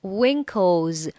winkles